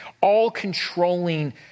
all-controlling